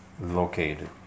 located